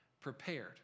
prepared